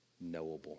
knowable